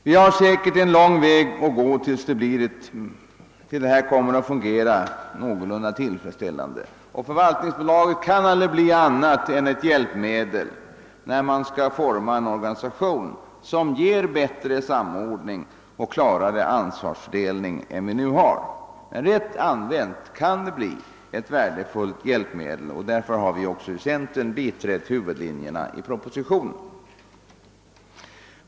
Vi har säkerligen en lång väg att gå innan förvaltningsbolaget kan fungera någorlunda tillfredsställande, och det kan aldrig bli annat än ett hjälpmedel för att forma en organisation som ger hättre samordning och klarare ansvarsfördelning än den vi nu har. Men rätt använt kan det bli ett värdefullt hjälpmedel, och därför har vi inom centerpartiet biträtt huvudlinjerna i propositionen.